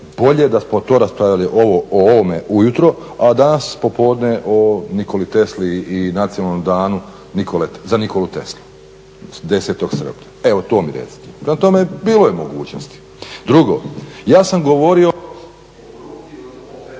bolje da smo to raspravljali o ovome ujutro a danas popodne o Nikoli Tesli i Nacionalnom danu za Nikolu Teslu 10. srpnja. Evo to mi recite, prema tome bilo je mogućnosti. Drugo, ja sam govorio